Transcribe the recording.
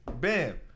Bam